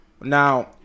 now